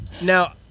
now